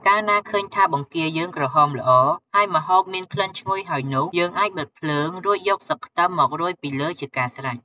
កាលណាឃើញថាបង្គាយើងក្រហមល្អ ហើយម្ហូបមានក្លិនឈ្ងុយហើយនោះ យើងអាចបិទភ្លើង រួចយកស្លឹកខ្ទឹមមករោយពីលើជាការស្រេច។